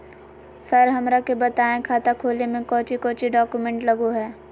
Sir हमरा के बताएं खाता खोले में कोच्चि कोच्चि डॉक्यूमेंट लगो है?